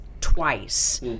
twice